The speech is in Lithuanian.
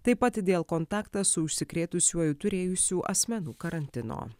taip pat dėl kontaktą su užsikrėtusiuoju turėjusių asmenų karantino